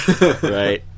Right